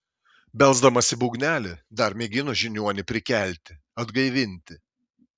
belsdamas į būgnelį dar mėgino žiniuonį prikelti atgaivinti